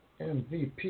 MVP